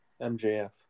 MJF